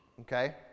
Okay